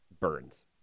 Burns